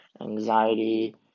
anxiety